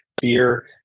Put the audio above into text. fear